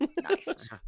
Nice